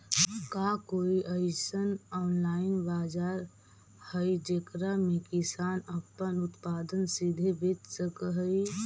का कोई अइसन ऑनलाइन बाजार हई जेकरा में किसान अपन उत्पादन सीधे बेच सक हई?